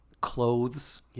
clothes